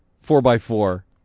four-by-four